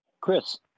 Chris